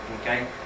okay